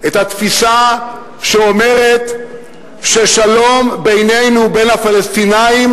מייצגים את התפיסה שאומרת ששלום בינינו לבין הפלסטינים